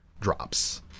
drops